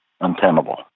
untenable